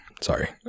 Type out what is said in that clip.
Sorry